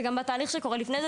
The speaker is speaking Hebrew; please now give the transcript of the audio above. זה גם בתהליך שקורה לפני זה,